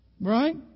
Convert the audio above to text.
right